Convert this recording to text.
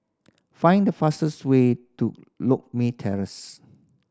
find the fastest way to Loke Terrace